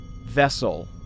vessel